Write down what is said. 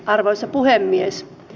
arvoisa puhemies